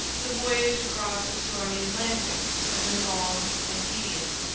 the voyage across the stormy atlantic had been long and tedious.